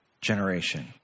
generation